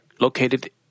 located